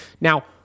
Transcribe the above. Now